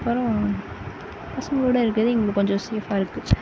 அப்புறம் பசங்களோட இருக்கிறது எங்களுக்கு கொஞ்சம் சேஃபாக இருக்குது